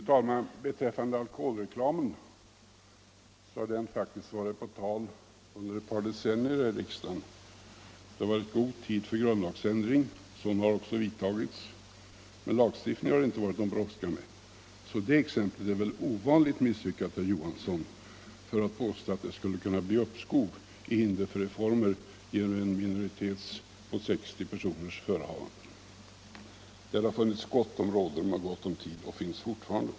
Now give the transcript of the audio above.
Fru talman! Alkoholreklamen har faktiskt varit på tal under ett par decennier här i riksdagen. Det har varit god tid för en grundlagsändring, och en sådan har också gjorts. Men lagstiftningen sedan har det inte varit någon bårdska med. Så det exemplet är väl ovanligt misslyckat om herr Johansson i Trollhättan vill påstå att en minoritet på 60 personer skulle kunna hindra en reforms genomförande. Det har funnits gott om rådrum och tid, och det finns det fortfarande.